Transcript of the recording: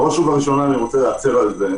ראשית אני רוצה להצר על כך